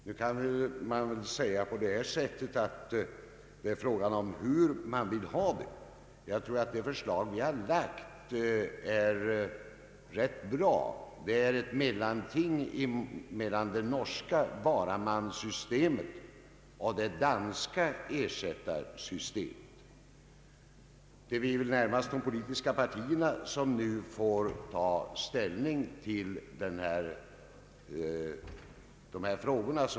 Vi kan säga att frågan gäller hur man vill ha det. Jag tror att det förslag vi har framlagt är ganska bra. Det är ett mellanting mellan det norska varamannsystemet och det danska ersättarsystemet. Nu får närmast de politiska partierna ta ställning till dessa frågor.